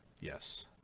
Yes